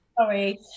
Sorry